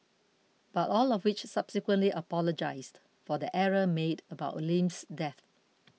but all of which subsequently apologised for the error made about Lim's death